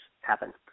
happen